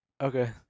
okay